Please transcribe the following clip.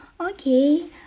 Okay